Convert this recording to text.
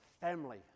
family